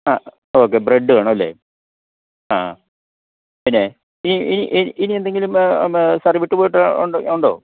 ആ okay bread വേണമല്ലേ ആ പിന്നെ ഈ ഈ ഈ ഇനി എന്തെങ്കിലും സാറ് വിട്ടു പോയിട്ടുണ്ടോ ഉണ്ടോ